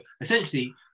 essentially